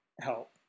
help